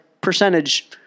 percentage